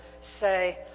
say